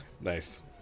Nice